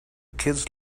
kids